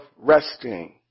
resting